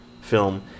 film